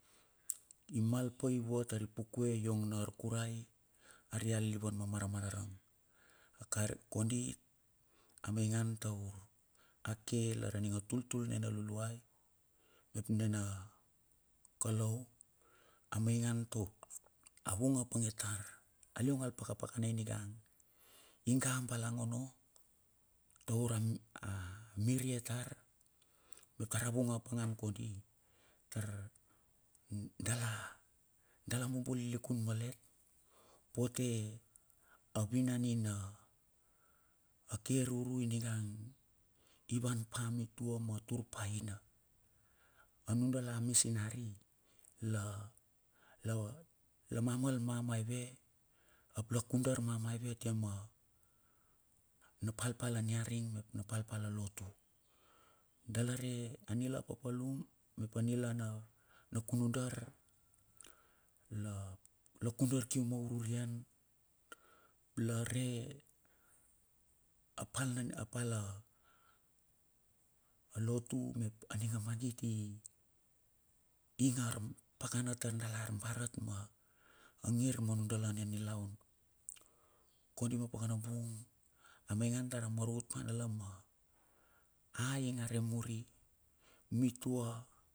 Imal pai vua tari pukue iong na arkurai aria liliva ma maramarang akar kondi amaingan taur a ke lar aning tultul nina luluai mep nina kalau. Amaingan taur avung apange tar aliong pakapakana iningang iga balang onno taur a mirie tar, mep tar a vung apangan kondi tar dala. dala mombo lilikun malet pote a vinan nina ka ruru ing ningan i wan pa mitua ma tur paina. Anundala mi sinari la la la mamal mamavie ap la kudar mamaive atia ma na palpal na niaring, mep na palpal na lotu. Dala re anila na papalum mep anila na kunudar la kudar kium a ururuian la re apalalotu mep aning a mangit ing apakana tar dala arbara ma a ngir ma nun dala na nilaun kondi ma pakanabung amaingan tar maravut ma a ing a re muri mitua.